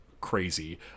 crazy